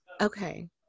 Okay